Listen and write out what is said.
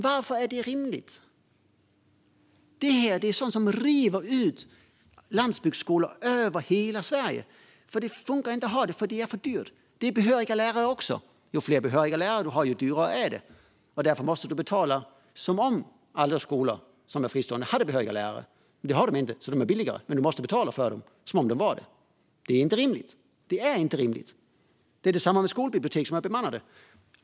Varför är det rimligt? Det här är sådant som slår ut landsbygdsskolor över hela Sverige. Det funkar inte att ha dem, för det är för dyrt. Det handlar också om behöriga lärare: ju fler behöriga lärare, desto dyrare är det. Därför måste du betala som om alla fristående skolor hade behöriga lärare. Men det har de inte, för det är billigare, men du måste betala för dem som om de hade det. Det är inte rimligt! Det är samma sak med skolbibliotek som är bemannade.